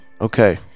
okay